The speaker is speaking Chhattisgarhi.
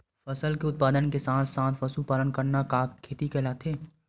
फसल के उत्पादन के साथ साथ पशुपालन करना का खेती कहलाथे?